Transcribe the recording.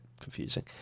confusing